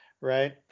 right